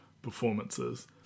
Performances